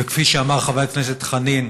וכפי שאמר חבר הכנסת חנין,